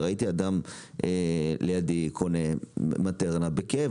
וראיתי אדם לידי קונה מטרנה בכאב,